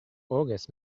august